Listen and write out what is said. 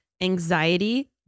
anxiety